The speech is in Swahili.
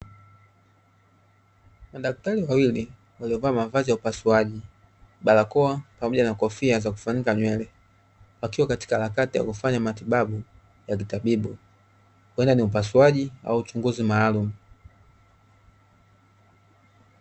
Madaktari wawili waliovaa mavazi ya upasuaji, barakoa pamoja na kofia zakufunika nywele wakiwa katika harakati za kufanya matibabu ya kitabibu huenda ni upasuaji au uchunguzi maalumu.